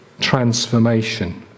transformation